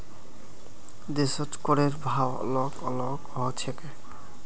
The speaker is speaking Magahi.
देशत करेर भाव अलग अलग ह छेक